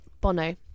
Bono